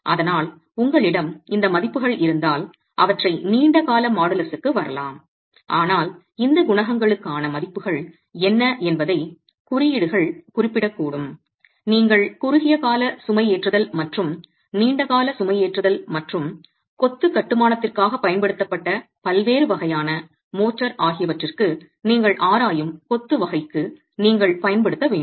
அதனால் உங்களிடம் இந்த மதிப்புகள் இருந்தால் அவற்றை நீண்ட கால மாடுலஸுக்கு வரலாம் ஆனால் இந்த குணகங்களுக்கான மதிப்புகள் என்ன என்பதை குறியீடுகள் குறிப்பிடக்கூடும் நீங்கள் குறுகிய கால சுமைஏற்றுதல் மற்றும் நீண்ட கால சுமைஏற்றுதல் மற்றும் கொத்து கட்டுமானத்திற்காகப் பயன்படுத்தப்பட்ட பல்வேறு வகையான மோட்டார் ஆகியவற்றிற்கு நீங்கள் ஆராயும் கொத்து வகைக்கு நீங்கள் பயன்படுத்த வேண்டும்